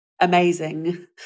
amazing